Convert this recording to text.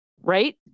right